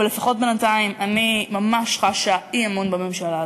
אבל לפחות בינתיים אני ממש חשה אי-אמון בממשלה הזאת.